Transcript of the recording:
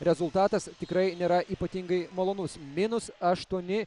rezultatas tikrai nėra ypatingai malonus minus aštuoni